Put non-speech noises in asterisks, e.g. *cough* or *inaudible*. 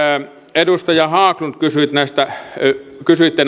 edustaja haglund kysyitte *unintelligible*